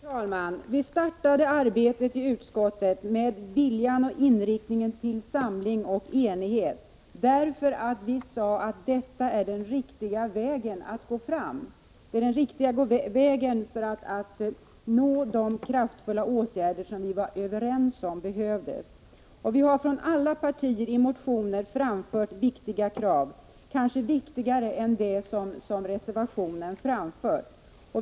Fru talman! Vi startade arbetet i utskottet med en vilja till samling och enighet, därför att vi menade att det var den riktiga vägen att gå för att nå de kraftfulla åtgärder som vi var överens om behövdes. Vi har från alla partier i motioner framfört viktiga krav, kanske viktigare än det som ställs i reservationen.